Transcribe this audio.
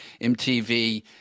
MTV